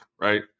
right